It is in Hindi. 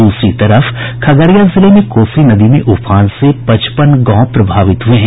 दुसरी तरफ खगड़िया जिले में कोसी नदी में उफान से पचपन गांव प्रभावित हुये हैं